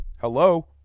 Hello